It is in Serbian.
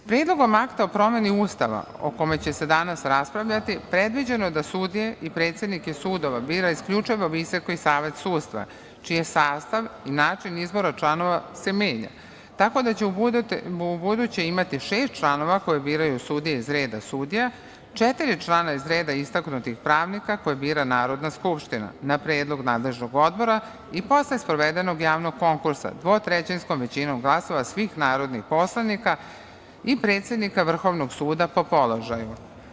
Predlogom akta o promeni Ustava o kome će se danas raspravljati predviđeno je da sudije i predsednike sudova bira isključivo Visoki savet sudstva čiji sastav i način izbora članova se menja, tako da će ubuduće imati šest članova, koje biraju sudije iz redova sudija, četiri člana iz reda istaknutih pravnika, koje bira Narodna skupština na predlog nadležnog Odbora i posle sprovedenog javnog konkursa dvotrećinskom većinom glasova svih narodnih poslanika i predsednika Vrhovnog suda, po položaju.